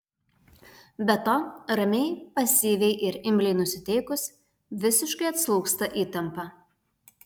be to ramiai pasyviai ir imliai nusiteikus visiškai atslūgsta įtampa